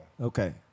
okay